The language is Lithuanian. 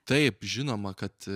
taip žinoma kad